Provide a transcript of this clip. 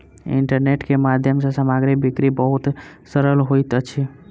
internet के माध्यम सँ सामग्री बिक्री बहुत सरल होइत अछि